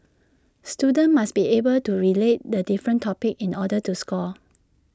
students must be able to relate the different topics in order to score